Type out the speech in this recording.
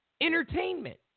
entertainment